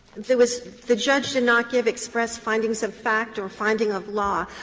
there was the judge did not give express findings of fact or finding of law,